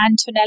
Antonella